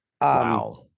Wow